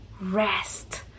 rest